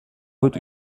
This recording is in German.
wird